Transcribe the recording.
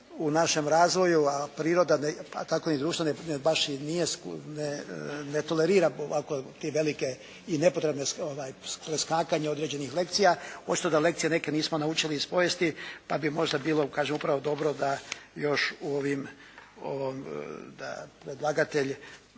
u našem razvoju, a priroda, a tako i društvo baš i ne tolerira ovako te velike i nepotrebne preskakanje određenih lekcija. Očito da lekcije neke nismo naučili iz povijesti, pa bi možda bilo kažem upravo dobro da još ovim, da predlagatelj